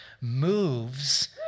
moves